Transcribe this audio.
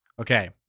Okay